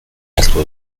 beharko